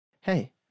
Hey